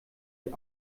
die